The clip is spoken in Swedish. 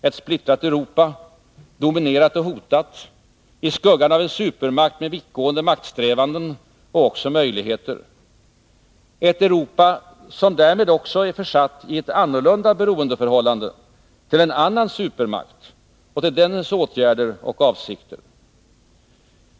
Ett splittrat Europa, dominerat och hotat, i skuggan av en supermakt med vittgående maktsträvanden och också möjligheter. Ett Europa som därmed också är försatt i ett annorlunda beroendeförhållande till en annan supermakt och till dennas åtgärder och avsikter.